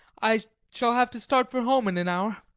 i shall have to start for home in an hour.